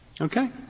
Okay